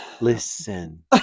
listen